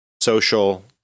social